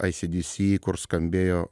acdc kur skambėjo